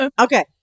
Okay